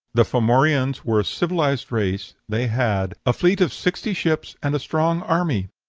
the formorians were a civilized race they had a fleet of sixty ships and a strong army.